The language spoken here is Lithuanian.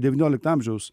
devyniolikto amžiaus